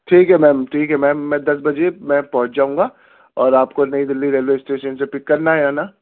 ٹھیک ہے میم ٹھیک ہے میم میں دس بجے میں پہنچ جاؤں گا اور آپ کو نئی دلّی ریلوے اسٹیشن سے پک کرنا ہے ہے نا